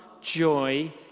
joy